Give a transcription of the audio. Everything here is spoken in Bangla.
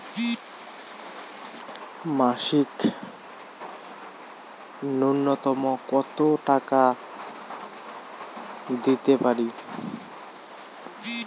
মাসিক নূন্যতম কত টাকা দিতে পারি?